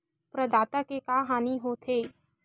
प्रदाता के का हानि हो थे?